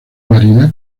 marina